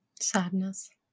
Sadness